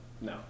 No